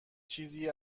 چیزی